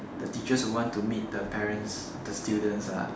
the teachers will want to meet the parents the students ah